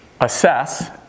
assess